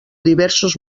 diversos